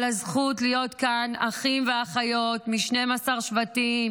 על הזכות להיות כאן אחים ואחיות מ-12 שבטים